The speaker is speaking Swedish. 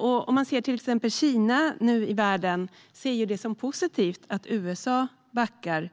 Ute i världen ser nu Kina till viss del det som något positivt att USA backar